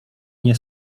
nie